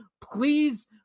Please